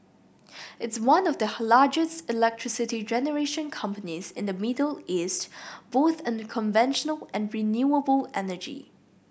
it's one of the largest electricity generation companies in the Middle East both in conventional and renewable energy